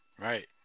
right